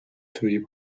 свої